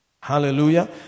Hallelujah